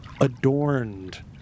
adorned